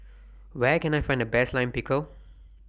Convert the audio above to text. Where Can I Find The Best Lime Pickle